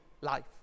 life